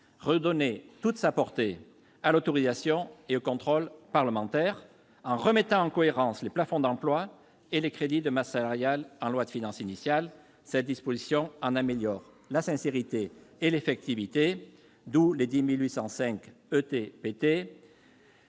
redonner toute sa portée à l'autorisation et au contrôle parlementaires. En remettant en cohérence les plafonds d'emplois et les crédits de masse salariale votés en loi de finances initiale, elle en améliore la sincérité et l'effectivité. Dès l'année 2018,